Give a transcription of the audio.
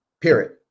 period